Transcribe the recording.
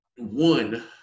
One